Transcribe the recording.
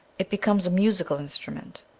it becomes a musical instrument,